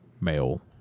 male